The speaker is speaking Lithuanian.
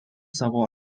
savo